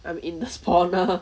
I'm in the spawner